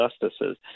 justices